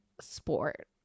sport